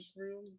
room